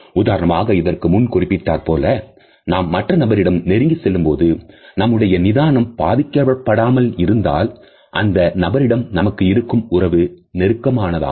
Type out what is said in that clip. உதாரணமாக இதற்கு முன் குறிப்பிட்டார் போல நாம் மற்ற நபரிடம் நெருங்கி செல்லும்போது நம்முடைய நிதானம் பாதிக்கப்படாமல் இருந்தால் அந்த நபரிடம் நமக்கு இருக்கும் உறவு நெருக்கமானதாக